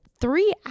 three